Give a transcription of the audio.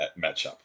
matchup